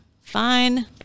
Fine